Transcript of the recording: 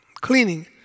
cleaning